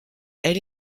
elle